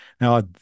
Now